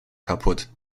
kaputt